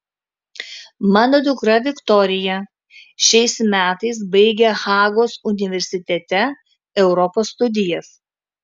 mano dukra viktorija šiais metais baigia hagos universitete europos studijas